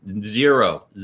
zero